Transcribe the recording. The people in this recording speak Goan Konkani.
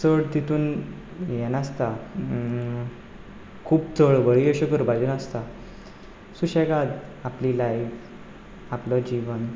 चड तितूंत हें नासता खूब चळवळी अश्यो करपाच्यो नासता सुशेगाद आपली लायफ आपलें जिवन